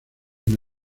una